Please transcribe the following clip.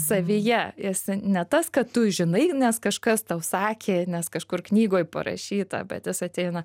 savyje jis ne tas kad tu žinai nes kažkas tau sakė nes kažkur knygoj parašyta bet jis ateina